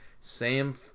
Sam